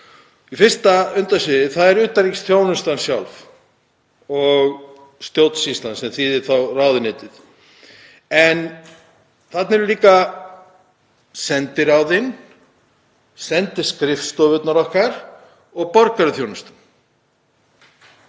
Fyrsta undirsviðið er utanríkisþjónustan sjálf og stjórnsýslan, sem þýðir þá ráðuneytið, en þarna eru líka sendiráðin, sendiskrifstofurnar okkar og borgaraþjónustan.